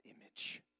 image